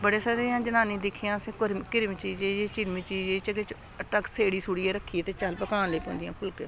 बड़े सारियां जनानियां दिक्खियां असें मिरम चीज जे चिरम चीज़ एह् च कि चटक सेड़ी सुड़ियै रक्खी ते चल पकान लगी पौंदियां फुलके